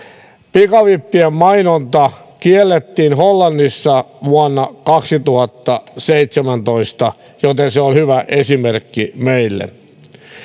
pikavippien mainonta kiellettiin hollannissa vuonna kaksituhattaseitsemäntoista joten se on hyvä esimerkki meille